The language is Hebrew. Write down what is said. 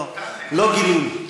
לא גילינו.